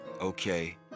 okay